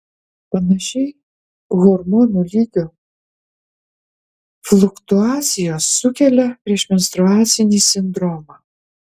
panašiai hormonų lygio fluktuacijos sukelia priešmenstruacinį sindromą